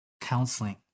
counseling